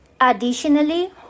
additionally